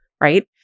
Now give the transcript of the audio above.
right